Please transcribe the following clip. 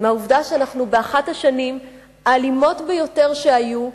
מהעובדה שאנחנו באחת השנים האלימות ביותר שהיו,